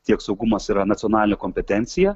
tiek saugumas yra nacionalinė kompetencija